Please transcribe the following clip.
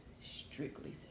strictly